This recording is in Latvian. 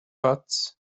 pats